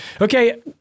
Okay